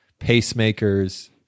pacemakers